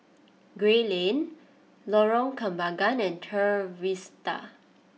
Gray Lane Lorong Kembagan and Trevista